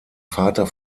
vater